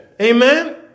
Amen